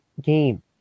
game